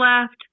left